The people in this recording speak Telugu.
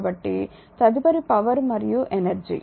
కాబట్టి తదుపరిది పవర్ మరియు ఎనర్జీ